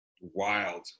Wild